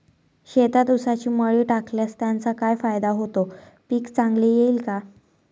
शेतात ऊसाची मळी टाकल्यास त्याचा काय फायदा होतो, पीक चांगले येईल का?